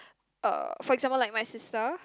uh for example like my sister